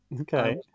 Okay